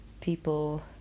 people